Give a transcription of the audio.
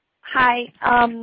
Hi